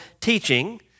Teaching